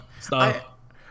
stop